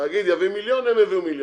התאגיד יביא מיליון הם יביאו מיליון,